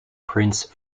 prince